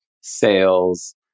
sales